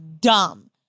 dumb